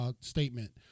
statement